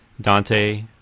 Dante